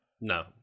No